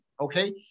Okay